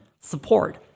support